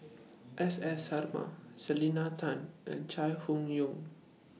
S S Sarma Selena Tan and Chai Hon Yoong